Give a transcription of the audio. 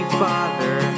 father